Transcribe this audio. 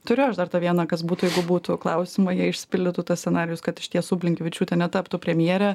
turėjau aš dar tą vieną kas būtų jeigu būtų klausimą jei išsipildytų tas scenarijus kad iš tiesų blinkevičiūtė netaptų premjere